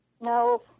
No